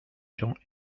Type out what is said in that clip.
gens